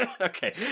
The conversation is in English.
Okay